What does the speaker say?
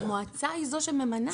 המועצה היא זו שממנה.